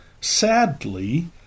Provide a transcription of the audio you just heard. sadly